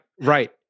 right